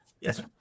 Yes